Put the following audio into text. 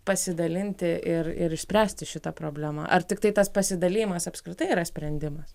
pasidalinti ir ir išspręsti šitą problemą ar tiktai tas pasidalijimas apskritai yra sprendimas